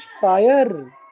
fire